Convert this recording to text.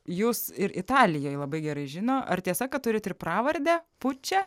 jus ir italijoj labai gerai žino ar tiesa kad turit ir pravardę pučia